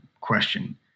question